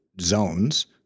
zones